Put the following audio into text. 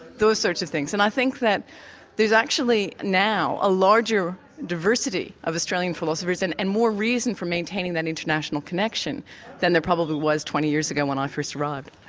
those sorts of things. and i think that there's actually now a larger diversity of australian philosophers, and and more reason for maintaining that international connection than there probably was twenty years ago when i first arrived.